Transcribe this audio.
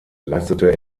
leistete